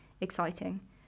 exciting